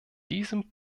diesem